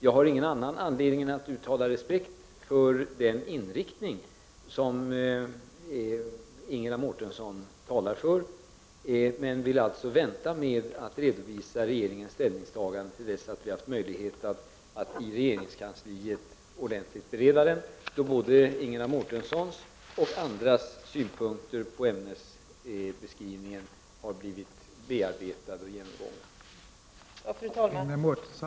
Jag har ingen anledning att göra annat än uttala respekt för den inriktning som Ingela Mårtensson talar för, men jag vill alltså vänta med att redovisa regeringens ställningstagande till dess att vi i regeringskansliet haft möjlighet att ordentligt bereda ärendet, dvs. när både Ingela Mårtenssons och andras synpunkter på ämnesbeskrivningen har blivit genomgångna och bearbetade.